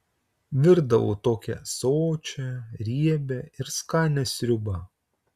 virdavau tokią sočią riebią ir skanią sriubą